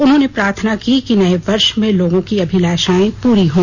उन्होंने प्रार्थना की कि नये वर्ष में लोगों की अभिलाषाएं पूरी हों